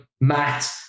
Matt